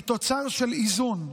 היא תוצר של איזון,